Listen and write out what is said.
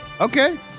Okay